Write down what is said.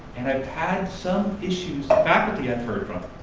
and i've had some issues faculty i've heard from,